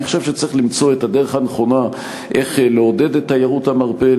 אני חושב שצריך למצוא את הדרך הנכונה לעודד את תיירות המרפא,